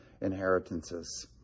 inheritances